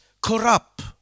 corrupt